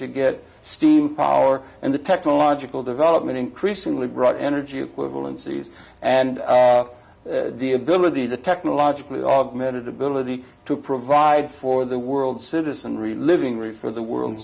to get steam power and the technological development increasingly brought energy equivalencies and the ability the technologically augmented ability to provide for the world citizenry living room for the world